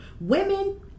Women